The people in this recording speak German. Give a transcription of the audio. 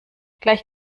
gleich